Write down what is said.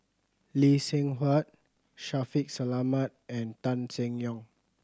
Lee Seng Huat Shaffiq Selamat and Tan Seng Yong